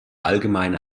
allgemeine